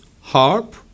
harp